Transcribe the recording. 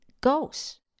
goes